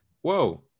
Whoa